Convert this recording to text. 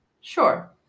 sure